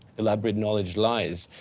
elaborate knowledge lies.